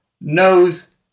knows